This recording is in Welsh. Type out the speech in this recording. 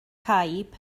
caib